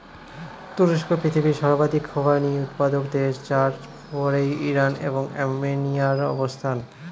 তুরস্ক পৃথিবীর সর্বাধিক খোবানি উৎপাদক দেশ যার পরেই ইরান এবং আর্মেনিয়ার অবস্থান